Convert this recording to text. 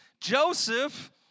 joseph